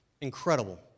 incredible